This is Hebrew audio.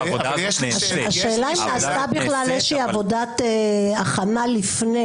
השאלה אם נעשתה בכלל איזושהי עבודת הכנה לפני,